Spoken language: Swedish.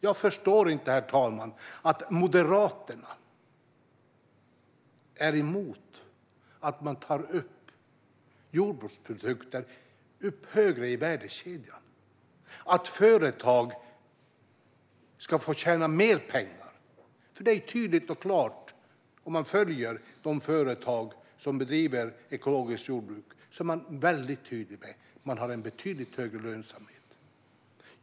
Jag förstår inte att Moderaterna är emot att jordbruksprodukter ska komma högre upp i värdekedjan, att företag ska få tjäna mer pengar. Det är tydligt att de företag som bedriver ekologiskt jordbruk har betydligt högre lönsamhet.